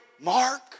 Mark